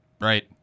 Right